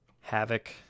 Havoc